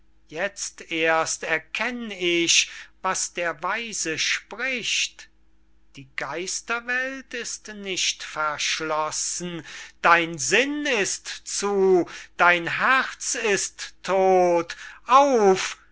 jetzt erst erkenn ich was der weise spricht die geisterwelt ist nicht verschlossen dein sinn ist zu dein herz ist todt auf